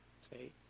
Say